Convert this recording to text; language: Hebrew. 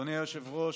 אדוני היושב-ראש,